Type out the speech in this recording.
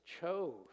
chose